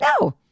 No